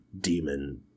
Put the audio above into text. demon